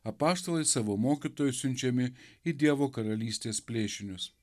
apaštalai savo mokytojo siunčiami į dievo karalystės plėšinius